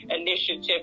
initiative